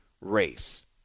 race